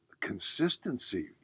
consistency